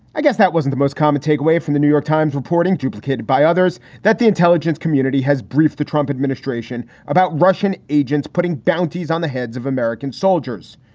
i guess that wasn't the most common takeaway from the new york times reporting duplicated by others that the intelligence community has briefed the trump administration about russian agents putting bounties on the heads of american soldiers.